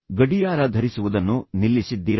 ಗಡಿಯಾರ ಧರಿಸುವುದನ್ನು ನಿಲ್ಲಿಸಿದ್ದೀರಾ